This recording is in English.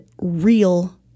real